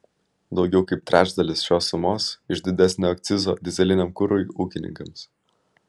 daugiau kaip trečdalis šios sumos iš didesnio akcizo dyzeliniam kurui ūkininkams